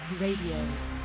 Radio